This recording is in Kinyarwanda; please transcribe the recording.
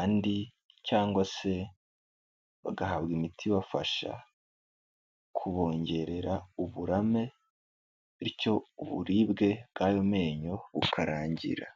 andi cyangwa se bagahabwa imiti ibafasha kubongerera uburame bityo uburibwe bw'ayo menyo bukarangira.